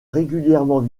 régulièrement